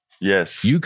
Yes